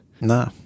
nah